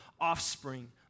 offspring